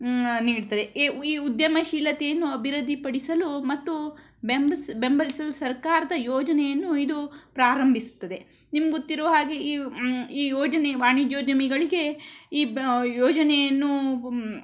ಆ ನೀಡ್ತದೆ ಈ ವಿ ಉದ್ಯಮಶೀಲತೆಯನ್ನು ಅಭಿವೃದ್ಧಿ ಪಡಿಸಲು ಮತ್ತು ಬೆಂಬಸ್ ಬೆಂಬಲಿಸಲು ಸರ್ಕಾರದ ಯೋಜನೆಯನ್ನು ಇದು ಪ್ರಾರಂಭಿಸುತ್ತದೆ ನಿಮ್ಗೊತ್ತಿರುವ ಹಾಗೆ ಈ ಈ ಯೋಜನೆ ವಾಣಿಜ್ಯೋದ್ಯಮಿಗಳಿಗೆ ಈ ಬ ಯೋಜನೆಯನ್ನು